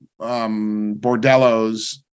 bordellos